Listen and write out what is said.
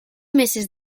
meses